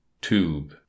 tube